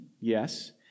yes